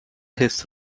his